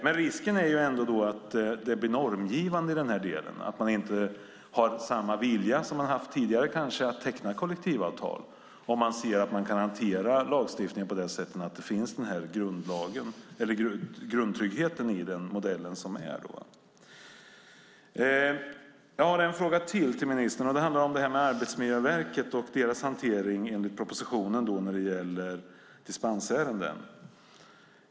Men risken är ändå att det blir normgivande, så att man kanske inte har samma vilja som tidigare att teckna kollektivavtal, om man ser att det går att hantera lagstiftningen på det sättet att den här grundtryggheten finns i den aktuella modellen. Jag har ytterligare en fråga till ministern. Det handlar om Arbetsmiljöverket och deras hantering enligt propositionen av dispensärenden.